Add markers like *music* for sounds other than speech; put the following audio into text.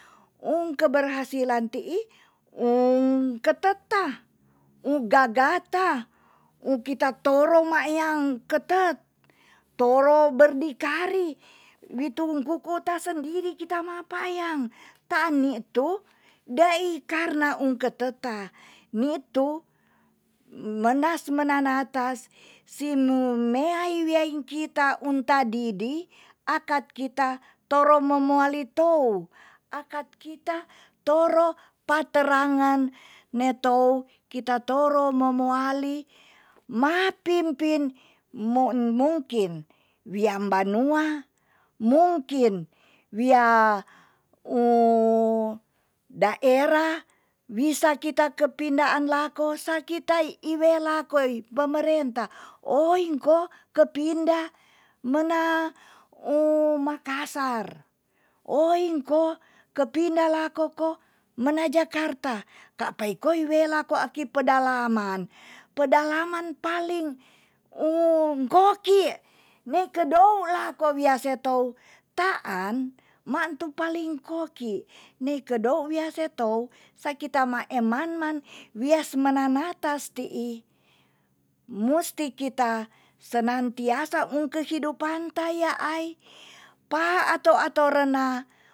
Ung keberhasilan ti'i um ketek ta un gagata uki ta toro makyang ketek toro berdikari witung kukuta sendiri kita mapakyang taan ni tu dai karena um keketa ni tu menas menanatas si nu neai wiyai kita unta didi akat kita toro momuali tou akat kita toro paterangan ne tou kita toro momuali mapimpin mo mungkin wiam banua mungkin wi *hesitation* daerah wisa kita kepindaan lako saki tai iwe lakoi pemerintah. oi ko kepindah men *hesitation* makasar, oinko kepinda lako ko mena jakarta, kaapai koi wela aki pedalaman. pedalaman paling *hesitation* koki ne kedou lako wia se tou taan mantu paling koki. ne kedou wia se tou saki ta ma eman man wias mananatas ti'i musti kita senantiasa um kehidupan tayaai pa ator atorena